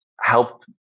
help